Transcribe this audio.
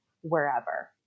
wherever